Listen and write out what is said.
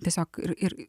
tiesiog ir ir